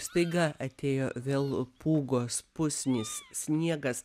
staiga atėjo vėl pūgos pusnys sniegas